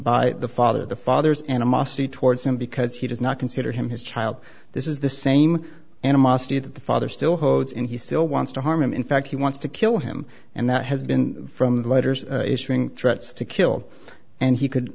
by the father the father's animosity towards him because he does not consider him his child this is the same animosity that the father still holds in he still wants to harm him in fact he wants to kill him and that has been from the letters issuing threats to kill and he could